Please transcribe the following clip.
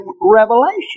revelation